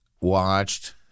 watched